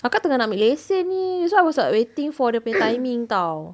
kakak tengah nak ambil lesen ni so I was like waiting for dia punya timing [tau]